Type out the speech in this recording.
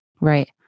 Right